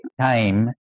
time